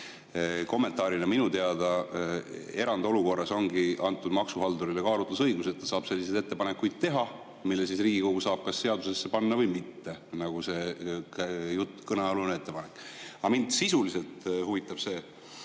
Kommentaarina: minu teada erandolukorras ongi antud maksuhaldurile kaalutlusõigus, et ta saab selliseid ettepanekuid teha, mida Riigikogu saab seadusesse panna või mitte, nagu ka kõnealune ettepanek. Aga mind sisuliselt huvitab see.